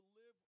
live